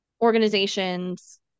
organizations